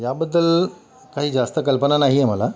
याबद्दल काही जास्त कल्पना नाही आहे मला